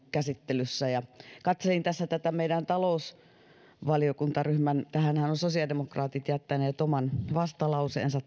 käsittelyssä katselin tässä tätä meidän talousvaliokuntaryhmän tähän mietintöönhän on sosiaalidemokraatit jättäneet oman vastalauseensa